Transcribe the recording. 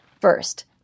First